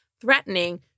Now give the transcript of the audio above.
threatening